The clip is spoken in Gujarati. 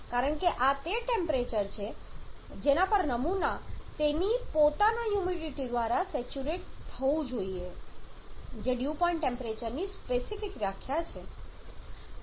કારણ કે આ તે ટેમ્પરેચર છે કે જેના પર નમૂના તેની પોતાના હ્યુમિડિટી દ્વારા સેચ્યુરેટ થવું જોઈએ જે ડ્યૂ પોઇન્ટ ટેમ્પરેચરની સ્પેસિફિક વ્યાખ્યા છે